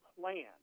plan